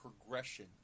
progression